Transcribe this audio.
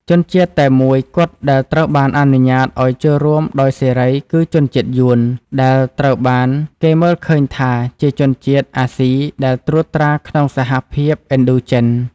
ជនជាតិតែមួយគត់ដែលត្រូវបានអនុញ្ញាតឲ្យចូលរួមដោយសេរីគឺជនជាតិយួន ដែលត្រូវបានគេមើលឃើញថាជាជនជាតិអាស៊ីដែលត្រួតត្រាក្នុងសហភាពឥណ្ឌូចិន។